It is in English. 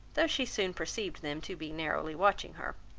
though she soon perceived them to be narrowly watching her.